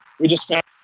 we just got